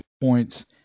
points